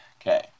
Okay